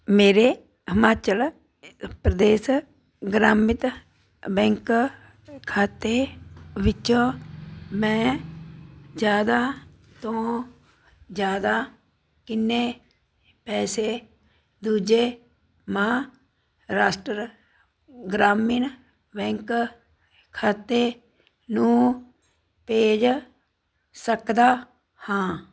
ਮੇਰੇ ਹਿਮਾਚਲ ਪ੍ਰਦੇਸ਼ ਗ੍ਰਾਮੀਣ ਬੈਂਕ ਖਾਤੇ ਵਿੱਚੋਂ ਮੈਂ ਜ਼ਿਆਦਾ ਤੋਂ ਜ਼ਿਆਦਾ ਕਿੰਨੇ ਪੈਸੇ ਦੂਜੇ ਮਹਾਰਾਸ਼ਟਰ ਗ੍ਰਾਮੀਣ ਬੈਂਕ ਖਾਤੇ ਨੂੰ ਭੇਜ ਸਕਦਾ ਹਾਂ